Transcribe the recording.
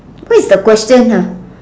what is the question ah